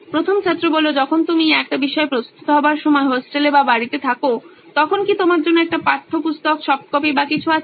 প্রথম ছাত্র যখন তুমি একটা বিষয়ে প্রস্তুত হবার সময় হোস্টেলে বা বাড়িতে থাকো তখন কি তোমার জন্য একটি পাঠ্যপুস্তক সফট কপি বা কিছু আছে